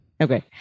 Okay